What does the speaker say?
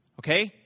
Okay